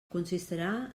consistirà